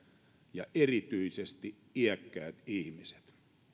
ja erityisesti iäkkäät ihmiset